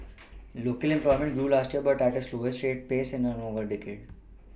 local employment grew last year but at the slowest pace in over a decade